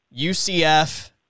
UCF